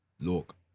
Look